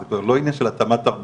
זה כבר לא עניין של התאמה תרבותית,